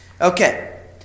Okay